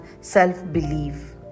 self-belief